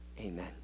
Amen